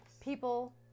People